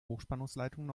hochspannungsleitungen